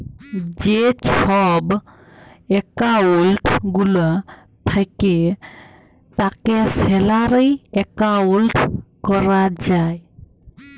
যে ছব একাউল্ট গুলা থ্যাকে তাকে স্যালারি একাউল্ট ক্যরা যায়